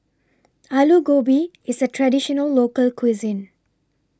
Alu Gobi IS A Traditional Local Cuisine